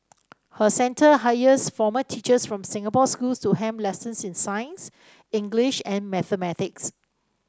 her center hires former teachers from Singapore schools to helm lessons in science English and mathematics